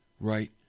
right